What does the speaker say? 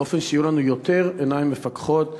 באופן שיהיו לנו יותר עיניים מפקחות.